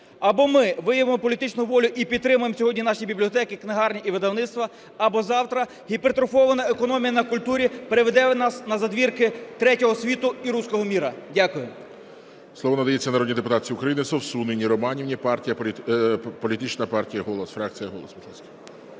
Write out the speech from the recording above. Або ми виявимо політичну волю і підтримаємо сьогодні наші бібліотеки, книгарні і видавництва, або завтра гіпертрофована економія на культурі приведе нас на задвірки третього світу і "русского мира". Дякую.